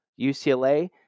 UCLA